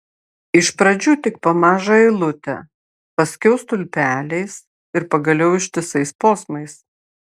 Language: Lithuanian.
iš pradžių tik po mažą eilutę paskiau stulpeliais ir pagaliau ištisais posmais